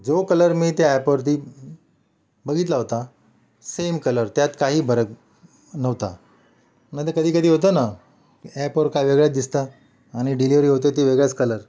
जो कलर मी त्या ॲपवरती बघितला होता सेम कलर त्यात काही फरक नव्हता नाही तर कधी कधी होतं ना ॲपवर काय वेगळ्याच दिसतात आणि डिलिव्हरी होते ते वेगळाच कलर